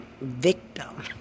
victim